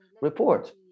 report